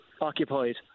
occupied